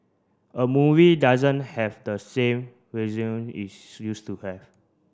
a movie doesn't have the same its used to have